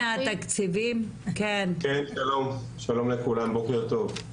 שלום לכולם בוקר טוב.